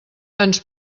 ens